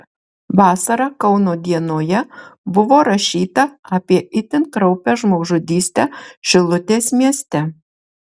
vasarą kauno dienoje buvo rašyta apie itin kraupią žmogžudystę šilutės mieste